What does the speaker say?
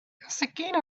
السكين